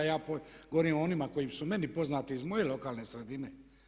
Ja govorim o onima koji su meni poznati iz moje lokalne sredine.